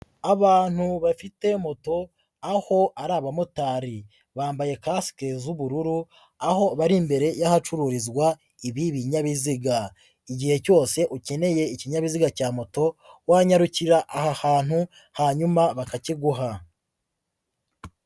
Abantu bafite moto aho ari abamotari, bambaye kasike z'ubururu aho bari imbere y'ahacururizwa ibi binyabiziga, igihe cyose ukeneye ikinyabiziga cya moto wanyarukira aha hantu hanyuma bakakiguha.